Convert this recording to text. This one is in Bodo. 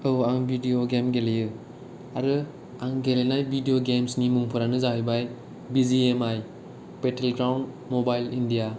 औ आं भिदिअ गेम गेलेयो आरो आं गेलेनाय भिदिअ गेमसनि मुंफोरानो जाबाय B G M I battle ground mobile India